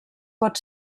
pot